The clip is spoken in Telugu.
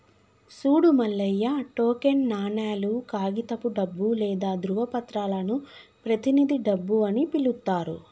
సూడు మల్లయ్య టోకెన్ నాణేలు, కాగితపు డబ్బు లేదా ధ్రువపత్రాలను ప్రతినిధి డబ్బు అని పిలుత్తారు